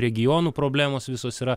regionų problemos visos yra